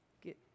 get